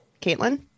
Caitlin